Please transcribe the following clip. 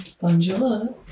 bonjour